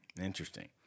Interesting